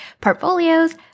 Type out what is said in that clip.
portfolios